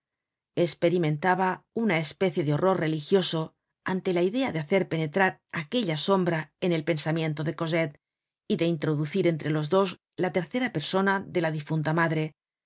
esperimentaba una especie de horror religioso ante la idea de hacer penetrar aquella sombra en el pensamiento de cosette y de introducir entre los dos la tercera persona de la difunta madre